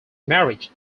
marriage